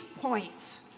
points